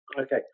Okay